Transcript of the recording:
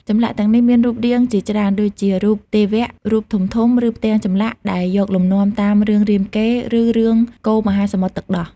ចម្លាក់ទាំងនេះមានរូបរាងជាច្រើន ដូចជារូបទេវរូបធំៗ ឬផ្ទាំងចម្លាក់ដែលយកលំនាំតាមរឿងរាមកេរ្តិ៍ ឬរឿងកូរមហាសមុទ្រទឹកដោះ។